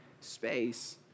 space